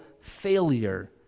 failure